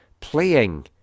playing